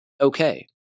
Okay